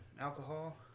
alcohol